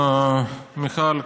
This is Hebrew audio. מיכל,